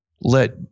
let –